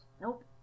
Nope